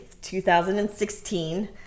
2016